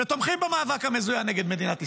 שתומכים במאבק המזוין נגד מדינת ישראל.